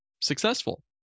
successful